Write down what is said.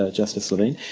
ah justice levine.